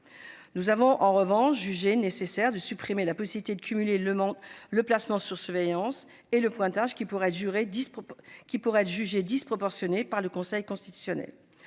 Nous avons en revanche jugé nécessaire de supprimer la possibilité de cumuler le placement sous surveillance électronique mobile et le pointage, qui pourrait être jugée disproportionnée par le Conseil constitutionnel.